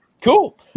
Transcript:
Cool